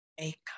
make